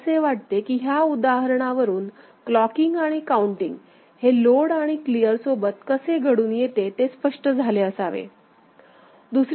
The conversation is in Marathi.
मला असे वाटते की ह्या उदाहरणावरूनक्लॉकिंग आणि काउंटिंग हे लोड आणि क्लिअर सोबत कसे घडून येते ते स्पष्ट झाले असावे